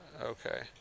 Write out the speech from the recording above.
okay